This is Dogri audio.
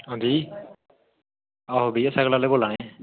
अंजी आहो भैया साईकिल आह्ले बोल्ला नै